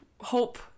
hope